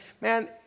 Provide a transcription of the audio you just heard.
man